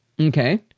Okay